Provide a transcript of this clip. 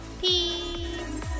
peace